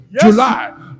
July